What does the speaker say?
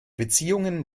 beziehungen